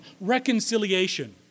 reconciliation